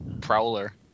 Prowler